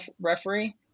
referee